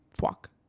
fuck